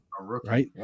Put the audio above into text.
Right